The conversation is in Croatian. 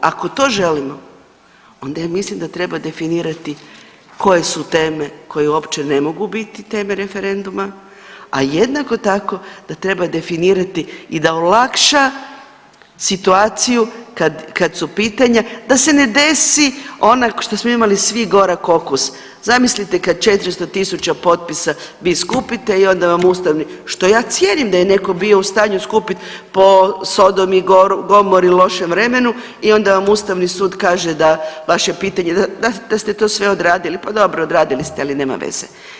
Ako to želimo onda ja mislim da treba definirati koje su teme koje uopće ne mogu biti teme referenduma, a jednako tako da treba definirati i da olakša situaciju kad, kad su pitanja da se ne desi ona što smo imali svi gorak okus, zamislite kad 400.000 potpisa vi skupite i onda vam Ustavni, što ja cijenim da je netko bio u stanju skupiti po Sodomi i Gomori, lošem vremenu i onda vam Ustavni sud kaže da vaše pitanje, da ste sve to odradili, pa dobro odradili ste ali nema veze.